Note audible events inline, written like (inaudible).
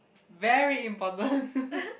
very important (laughs)